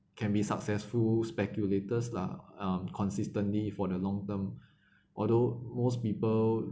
can be successful speculators lah um consistently for the long term although most people